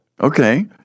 Okay